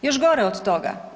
Još gore od toga.